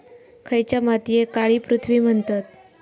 खयच्या मातीयेक काळी पृथ्वी म्हणतत?